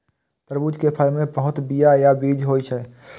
तरबूज के फल मे बहुत बीया या बीज होइ छै